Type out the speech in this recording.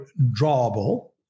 drawable